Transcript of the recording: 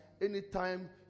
anytime